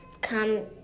come